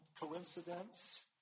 coincidence